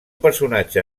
personatge